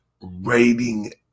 rating